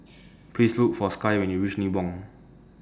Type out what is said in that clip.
Please Look For Skye when YOU REACH Nibong